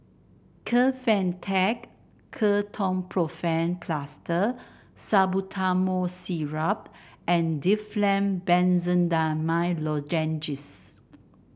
Kefentech Ketoprofen Plaster Salbutamol Syrup and Difflam Benzydamine Lozenges